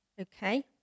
Okay